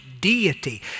deity